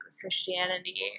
Christianity